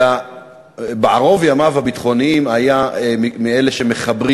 אלא בערוב ימיו הביטחוניים היה מאלה שמחברים